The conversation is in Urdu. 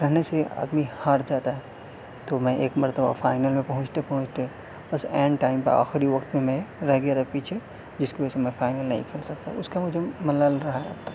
رہنے سے آدمی ہار جاتا ہے تو میں ایک مرتبہ فائنل میں پہنچتے پہنچتے بس عین ٹائم پہ آخری وقت میں میں رہ گیا تھا پیچھے جس کی وجہ سے میں فائنل نہیں کھیل سکتا اس کا مجھے ملال رہا ہے